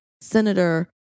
senator